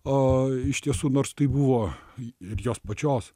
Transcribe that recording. a iš tiesų nors tai buvo ir jos pačios